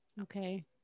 okay